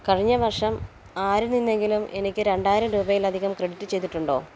കഴിഞ്ഞ വർഷം ആരിൽ നിന്നെങ്കിലും എനിക്ക് രണ്ടായിരം രൂപയിലധികം ക്രെഡിറ്റ് ചെയ്തിട്ടുണ്ടോ